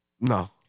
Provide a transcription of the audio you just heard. No